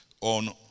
on